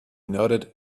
nodded